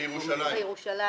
ובירושלים?